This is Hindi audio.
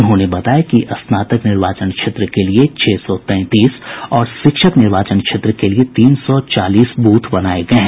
उन्होंने बताया कि स्नातक निर्वाचन क्षेत्र के लिए छह सौ तैंतीस और शिक्षक निर्वाचन क्षेत्र के लिए तीन सौ चालीस ब्रथ बनाये गये हैं